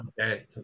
okay